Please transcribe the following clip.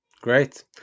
Great